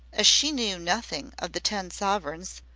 as she knew nothing of the ten sovereigns,